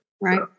Right